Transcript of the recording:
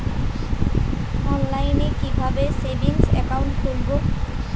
অনলাইনে কিভাবে savings account খুলবো?